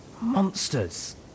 Monsters